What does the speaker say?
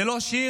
זה לא שיר,